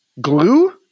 Glue